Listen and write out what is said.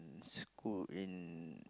mm school in